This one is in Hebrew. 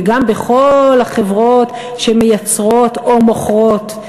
וגם בכל החברות שמייצרות או מוכרות.